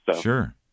Sure